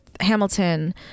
hamilton